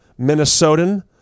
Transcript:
Minnesotan